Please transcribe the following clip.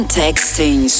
texting